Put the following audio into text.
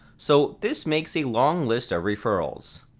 so, this makes a long list of referrals.